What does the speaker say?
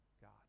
God